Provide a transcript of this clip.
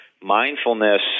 mindfulness